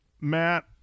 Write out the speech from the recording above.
Matt